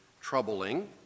troubling